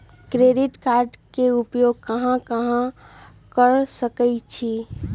Credit card के उपयोग कहां कहां कर सकईछी?